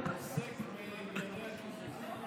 הוא עוסק בענייני הקיזוזים.